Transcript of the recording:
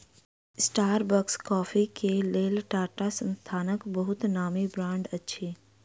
Starbucks coffee के लेल टाटा संस्थानक बहुत नामी ब्रांड अछि